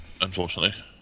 unfortunately